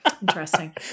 Interesting